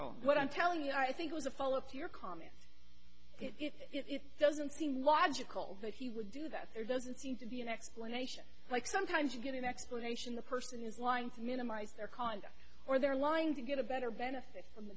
own what i'm telling you i think was a follow up to your comment if doesn't seem logical that he would do that there doesn't seem to be an explanation like sometimes you get an explanation the person is lying to minimize their conduct or they're lying to get a better benefit from the